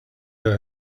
that